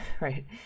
right